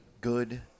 good